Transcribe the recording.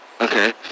okay